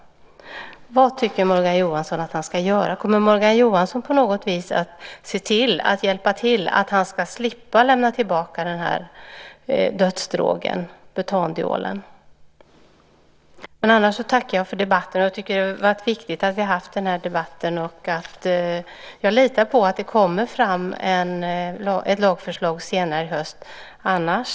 Vad tycker Morgan Johansson att han ska göra? Kommer Morgan Johansson på något vis att se till att hjälpa till så att han ska slippa att lämna tillbaka den här dödsdrogen, butandiolen? Jag tackar för debatten. Jag tycker att det har varit viktigt att vi har haft den här debatten. Jag litar på att det kommer ett lagförslag senare i höst, annars...